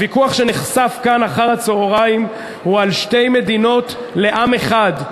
הוויכוח שנחשף כאן אחר-הצהריים הוא על שתי מדינות לעם אחד,